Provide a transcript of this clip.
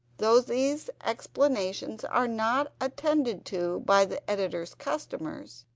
though these explanations are not attended to by the editor's customers,